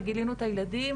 וגילינו את הילדים,